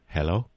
Hello